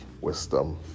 wisdom